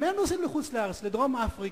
גם הם נוסעים לחוץ-לארץ, לדרום-אפריקה.